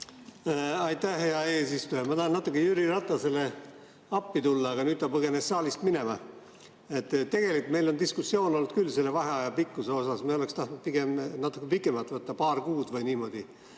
Aitäh, hea eesistuja! Ma tahtsin natuke Jüri Ratasele appi tulla, aga nüüd ta põgenes saalist minema. Tegelikult meil on diskussioon olnud küll selle vaheaja pikkuse üle. Me oleks tahtnud pigem natuke pikemat võtta, paar kuud või niimoodi,